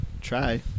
Try